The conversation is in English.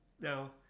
now